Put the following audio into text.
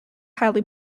highly